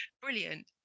brilliant